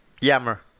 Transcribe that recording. Yammer